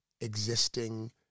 existing